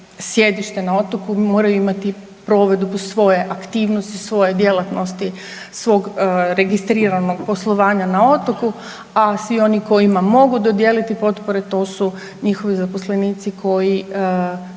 sjedište na otoku, moraju imati provedbu svoje aktivnosti, svoje djelatnosti, svog registriranog poslovanja na otoku, a svi onima kojima mogu dodijeliti potpore to su njihovi zaposlenici koji